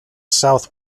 south